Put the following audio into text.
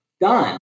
done